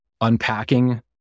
unpacking